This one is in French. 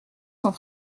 sont